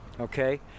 okay